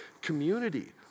Community